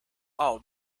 all